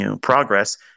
progress